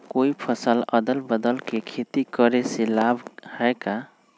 कोई फसल अदल बदल कर के खेती करे से लाभ है का?